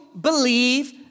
believe